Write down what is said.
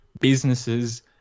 businesses